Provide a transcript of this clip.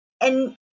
And-